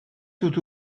dut